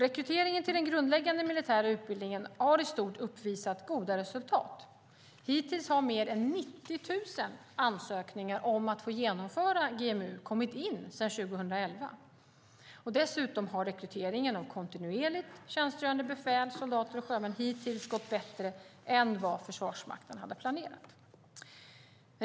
Rekryteringen till den grundläggande militära utbildningen har i stort uppvisat goda resultat. Hittills har mer än 90 000 ansökningar om att få genomföra GMU kommit in sedan 2011. Dessutom har rekryteringen av kontinuerligt tjänstgörande befäl, soldater och sjömän hittills gått bättre än vad Försvarsmakten hade planerat.